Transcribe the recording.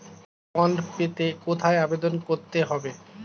Gold bond পেতে কোথায় আবেদন করতে হবে?